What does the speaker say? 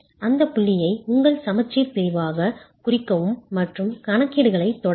அந்த புள்ளியை உங்கள் சமச்சீர் பிரிவாகக் குறிக்கவும் மற்றும் கணக்கீடுகளைத் தொடரவும்